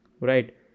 right